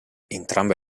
entrambe